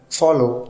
follow